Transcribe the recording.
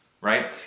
right